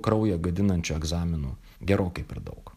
kraują gadinančių egzaminų gerokai per daug